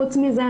חוץ מזה,